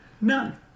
none